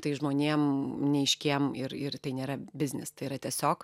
tai žmonėm neaiškiem ir ir tai nėra biznis tai yra tiesiog